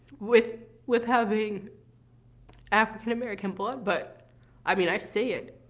with with having african-american blood. but i mean, i say it.